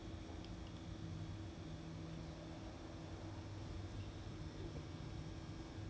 easier then 你连那种请人的东西就不会是很大的问题 because it's only a certain amount of people you can